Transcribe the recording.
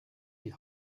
die